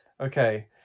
okay